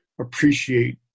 appreciate